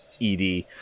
ED